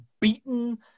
beaten